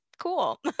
cool